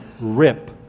rip